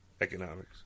Economics